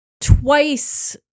twice